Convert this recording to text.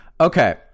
Okay